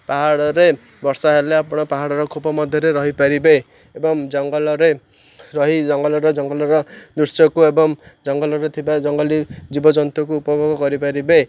ପାହାଡ଼ରେ ବର୍ଷା ହେଲେ ଆପଣ ପାହାଡ଼ର ଖୋପ ମଧ୍ୟରେ ରହିପାରିବେ ଏବଂ ଜଙ୍ଗଲରେ ରହି ଜଙ୍ଗଲର ଜଙ୍ଗଲର ଦୃଶ୍ୟକୁ ଏବଂ ଜଙ୍ଗଲରେ ଥିବା ଜଙ୍ଗଲୀ ଜୀବଜନ୍ତୁଙ୍କୁ ଉପଭୋଗ କରିପାରିବେ